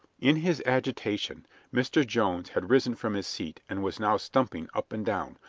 in his agitation mr. jones had risen from his seat and was now stumping up and down,